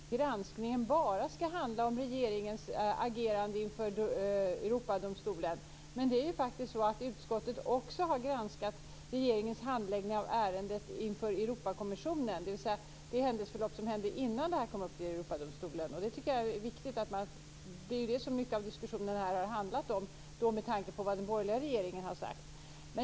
Fru talman! Först noterar jag att Per Lager säger att granskningen bara skall handla om regeringens agerande inför Europadomstolen. Men utskottet har faktiskt också granskat regeringens handläggning av ärendet inför Europakommissionen, dvs. det händelseförlopp som ägde rum innan ärendet togs upp i Europadomstolen. Det tycker jag är viktigt. Det är ju det som stora delar av diskussionen har handlat om, med tanke på vad den borgerliga regeringen har sagt.